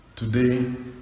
Today